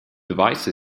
device